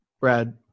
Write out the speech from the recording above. Brad